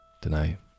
tonight